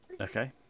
okay